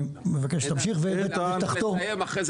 אנחנו לא עושים את זה רק למראית עין; אנחנו עושים את זה אמיתי,